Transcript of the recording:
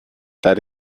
that